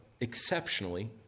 exceptionally